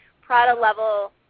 Prada-level